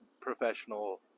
professional